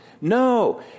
No